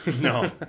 No